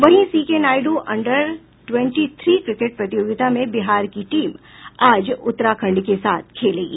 वहीं C K Naidu under twenty three cricket प्रतियोगिता में बिहार की टीम आज उत्तराखण्ड के साथ खेलेगी